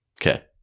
Okay